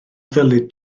ddylid